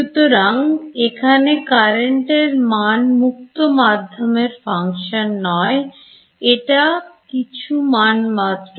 সুতরাং এখানে কারেন্টের মান মুক্ত মাধ্যমের function নয় এটা কিছুমান মাত্র